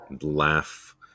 laugh